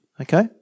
Okay